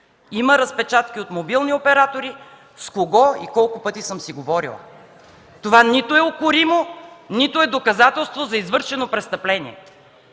Има разпечатки от мобилни оператори с кого и колко пъти съм си говорила. Това нито е укоримо, нито е доказателство за извършено престъпление.